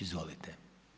Izvolite.